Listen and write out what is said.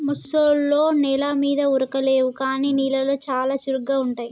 ముసల్లో నెల మీద ఉరకలేవు కానీ నీళ్లలో చాలా చురుగ్గా ఉంటాయి